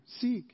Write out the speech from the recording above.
Seek